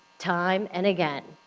time and again,